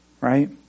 Right